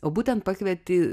o būtent pakvieti